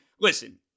listen